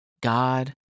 God